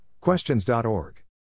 Questions.org